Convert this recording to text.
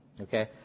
Okay